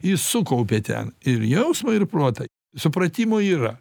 jis sukaupė ten ir jausmą ir protą supratimo yra